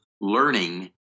learning